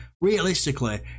realistically